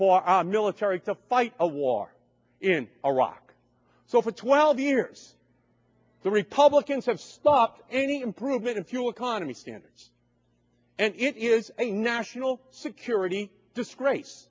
our military to fight a war in iraq so for twelve years the republicans have stuck any improvement in fuel economy standards and it is a national security disgrace